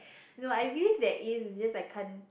no I believe that it's just I can't